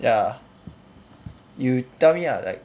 ya you tell me ah like